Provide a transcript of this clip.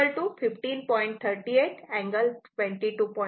38 angle 22